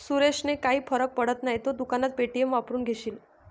सुरेशने काही फरक पडत नाही, तू दुकानात पे.टी.एम वापरून घेशील